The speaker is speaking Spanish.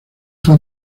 fue